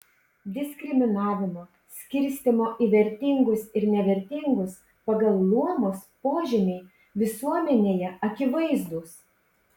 diskriminavimo skirstymo į vertingus ir nevertingus pagal luomus požymiai visuomenėje akivaizdūs